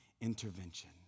intervention